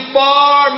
far